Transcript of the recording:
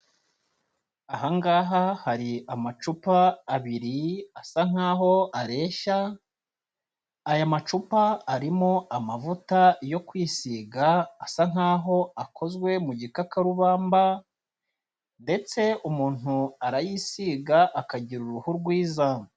Aha ngaha hari amacupa abiri asa nk'aho areshya, aya macupa arimo amavuta yo kwisiga asa nk'aho akozwe mu gikakarubamba ndetse umuntu arayisiga akagira uruhu rwiza.